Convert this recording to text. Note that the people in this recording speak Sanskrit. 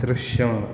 दृश्य